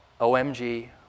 OMG